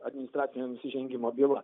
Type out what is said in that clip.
administracinio nusižengimo byla